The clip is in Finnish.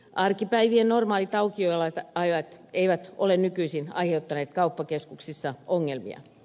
arkipäivien normaalit aukioloajat eivät ole nykyisin aiheuttaneet kauppakeskuksissa ongelmia